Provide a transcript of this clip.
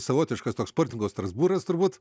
savotiškas toks sportininko strasbūras turbūt